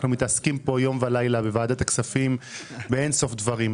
אנחנו מתעסקים פה יום ולילה בוועדה הכספים באין ספור דברים.